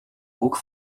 hoek